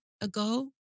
ago